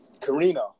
Karina